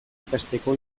ikasteko